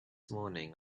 morning